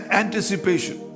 anticipation